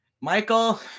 Michael